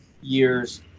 years